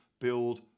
build